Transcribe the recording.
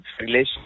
relationship